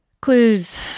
Clues